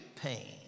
pain